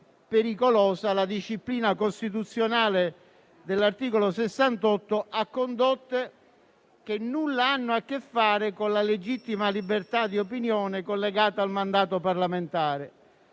- la disciplina costituzionale dell'articolo 68 a condotte che nulla hanno a che fare con la legittima libertà di opinione collegata al mandato parlamentare.